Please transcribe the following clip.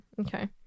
okay